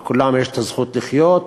לכולם יש את הזכות לחיות,